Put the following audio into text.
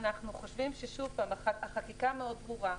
אנחנו חושבים שוב, שהחקיקה מאוד ברורה,